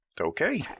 Okay